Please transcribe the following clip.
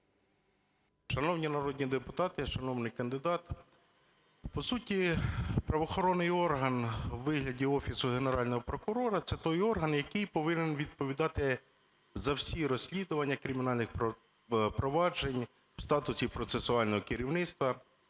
Шановні народні депутати, шановний кандидат! По суті правоохоронний орган у вигляді Офісу Генерального прокурора – це той орган, який повинен відповідати за всі розслідування кримінальних проваджень в статусі процесуального керівництва.